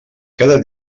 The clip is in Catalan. cada